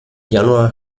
januar